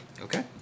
Okay